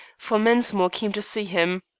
for mensmore came to see him.